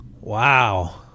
Wow